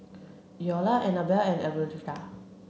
Iola Anabella and Elberta